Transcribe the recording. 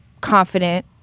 confident